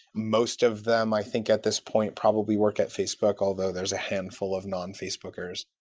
most of them, i think at this point, probably work at facebook, although there's a handful of non-facebookers.